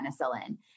penicillin